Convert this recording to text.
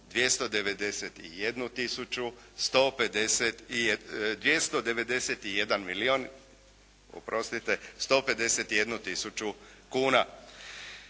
291 milijun oprostite, 151 tisuću kuna.